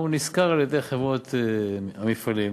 הוא נשכר על-ידי חברות המפעלים,